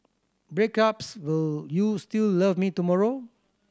breakups will you still love me tomorrow